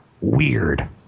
weird